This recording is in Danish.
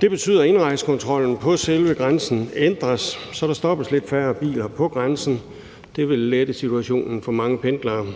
Det betyder, at indrejsekontrollen på selve grænsen ændres, så der stoppes lidt færre biler på grænsen. Det vil lette situationen for mange pendlere.